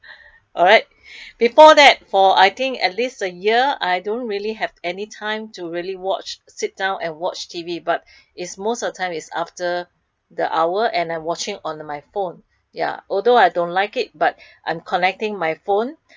alright before that for I think at least a year I don't really have any time to really watch sit down and watch T_V but is most of time is after the hour and I watching on the my phone ya although I don't like it but I'm collecting my phone